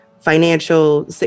financial